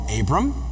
Abram